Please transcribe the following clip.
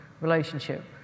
relationship